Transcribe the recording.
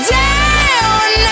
down